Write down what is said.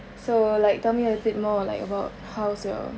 so like tell me a little bit more like about how's your